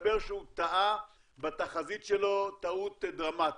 והסתבר שהוא טעה בתחזית שלו טעות דרמטית.